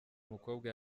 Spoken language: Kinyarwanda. mukobwa